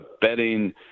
betting